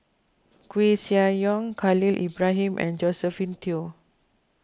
Koeh Sia Yong Khalil Ibrahim and Josephine Teo